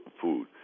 food